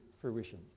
fruition